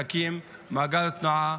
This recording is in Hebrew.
להקים מעגל תנועה,